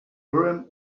urim